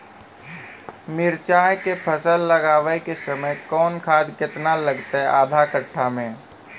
मिरचाय के फसल लगाबै के समय कौन खाद केतना लागतै आधा कट्ठा मे?